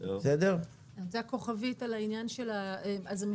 אני זו הכוכבית על העניין של המפרצים,